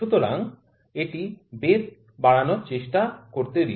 সুতরাং এটির বেধ বাড়ানোর চেষ্টা করতে দিন